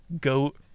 goat